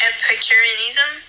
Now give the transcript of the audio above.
Epicureanism